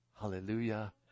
Hallelujah